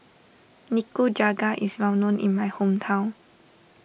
Nikujaga is well known in my hometown